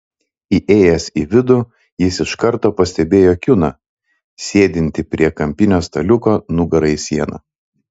įėjęs į vidų jis iš karto pastebėjo kiuną sėdintį prie kampinio staliuko nugara į sieną